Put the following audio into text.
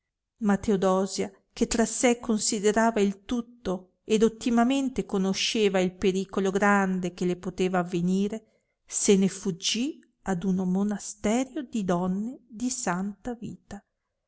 ma teodosia che tra sé considerava il tutto ed ottimamente conosceva il pericolo grande che le poteva avvenire se ne fuggì ad uno monasterio di donne di santa vita